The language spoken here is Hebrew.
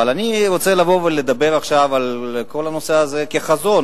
אבל אני רוצה לבוא ולדבר עכשיו על כל הנושא הזה כחזון,